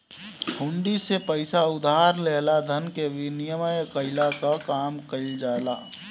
हुंडी से पईसा उधार लेहला धन के विनिमय कईला कअ काम कईल जाला